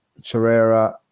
Torreira